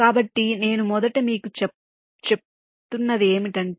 కాబట్టి నేను మొదట మీకు చెప్పనివ్వండి